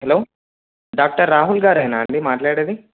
hello doctor రాహుల్గారేనా అండి మాట్లాడేది